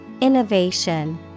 Innovation